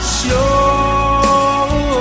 sure